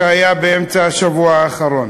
שהיה באמצע השבוע האחרון.